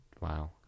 wow